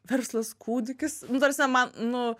verslas kūdikis nu ta prasme man nu